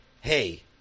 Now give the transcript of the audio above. Hey